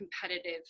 competitive